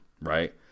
right